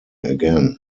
again